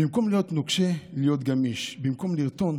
במקום להיות נוקשה, להיות גמיש, במקום לרטון,